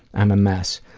i'm a mess.